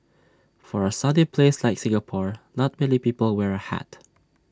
for A sunny place like Singapore not many people wear A hat